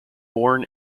born